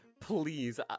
Please